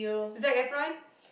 Zac-Effron